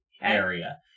area